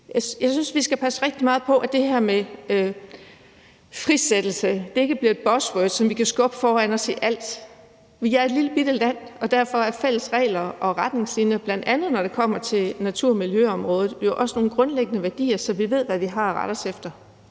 Jeg synes, vi skal passe rigtig meget på med, at det her med frisættelse ikke bliver et buzzword, som vi kan skubbe foran os i alle sammenhænge. Vi er et lillebitte land, og derfor er fælles regler og retningslinjer, bl.a. når det kommer til natur- og miljøområdet, jo også nogle grundlæggende værdier, så vi ved, hvad vi har at rette os efter.